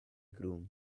groom